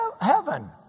heaven